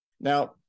Now